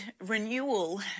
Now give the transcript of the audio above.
renewal